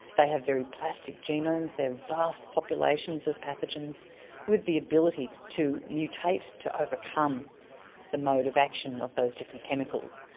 they have very plastic genomes, there are vast populations of pathogens with the ability to mutate to overcome the mode of action of those different chemicals.